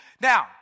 Now